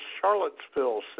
Charlottesville